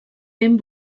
vent